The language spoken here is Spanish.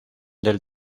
del